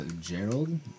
gerald